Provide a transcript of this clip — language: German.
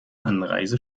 anreise